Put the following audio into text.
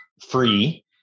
free